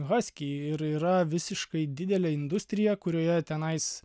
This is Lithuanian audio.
haskiai ir yra visiškai didelė industrija kurioje tenais